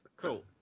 Cool